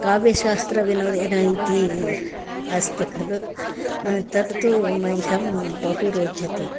काव्यशास्त्रविनोदेन इति अस्ति खलु तत्तु मह्यं बहु रोचते